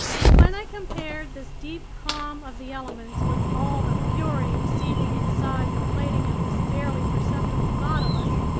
and when i compared this deep calm of the elements with all the fury seething inside the plating of this barely perceptible nautilus,